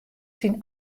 syn